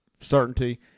certainty